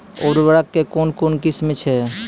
उर्वरक कऽ कून कून किस्म छै?